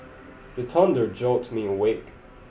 the thunder jolt me awake